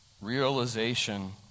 realization